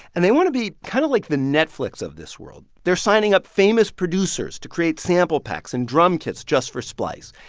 and they want to be kind of like the netflix of this world. they're signing up famous producers to create sample packs and drum kits just for splice.